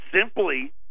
simply